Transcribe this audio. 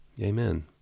Amen